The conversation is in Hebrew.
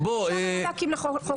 אפשר להקים לכל חוק ועדה.